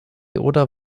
oder